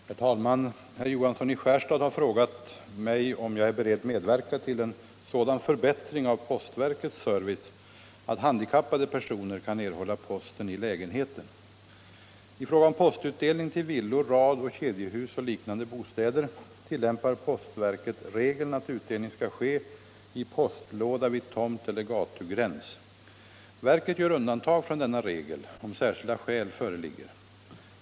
Herr talman! Herr Johansson i Skärstad har frågat mig om jag är beredd medverka till en sådan förbättring av postverkets service att handikappade personer kan erhålla posten i lägenheten. I fråga om postutdelning till villor, radoch kedjehus och liknande bostäder tillämpar postverket regeln att utdelning skall ske i postlåda vid tomteller gatugräns. Verket gör undantag från denna regel om särskilda skäl föreligger.